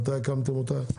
מתי הקמתם אותה?